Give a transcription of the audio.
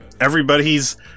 everybody's